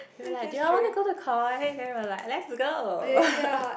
they were like do you all want to go to koi then we were like let's go